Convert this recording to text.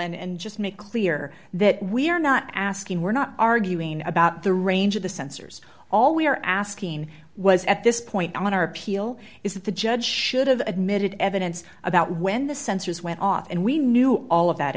and just make clear that we are not asking we're not arguing about the range of the sensors all we are asking was at this point on our appeal is that the judge should have admitted evidence about when the sensors went off and we knew all of that